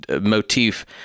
Motif